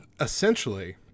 essentially